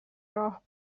راه